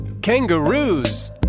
kangaroos